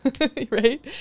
Right